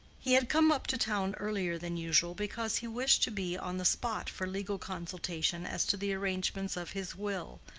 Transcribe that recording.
he had come up to town earlier than usual because he wished to be on the spot for legal consultation as to the arrangements of his will,